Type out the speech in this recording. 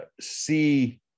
see